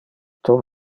tom